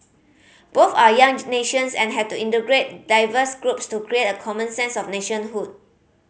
both are young nations and had to integrate diverse groups to create a common sense of nationhood